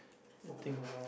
I think